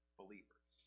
believers